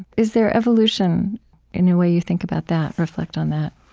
is there evolution in the way you think about that, reflect on that?